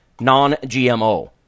non-gmo